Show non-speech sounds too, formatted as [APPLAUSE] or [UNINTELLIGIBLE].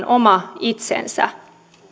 [UNINTELLIGIBLE] oma itsensä